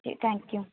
okay thank you